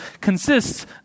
consists